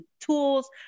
tools